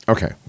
Okay